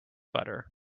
butter